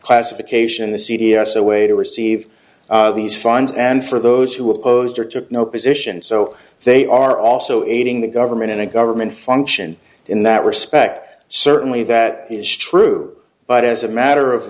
classification the c d s a way to receive these fines and for those who opposed or took no position so they are also aiding the government in a government function in that respect certainly that is true but as a matter of